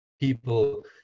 people